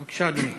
בבקשה, אדוני.